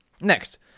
Next